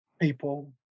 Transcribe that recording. people